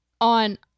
on